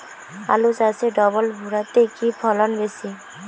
আলু চাষে ডবল ভুরা তে কি ফলন বেশি?